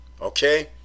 Okay